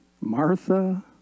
Martha